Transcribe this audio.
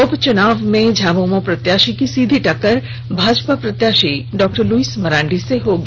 उपचुनाव में झामुमो प्रत्याशी की सीधी टक्कर भाजपा प्रत्याशी डॉ लुईस मरांडी से होगी